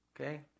Okay